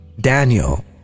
Daniel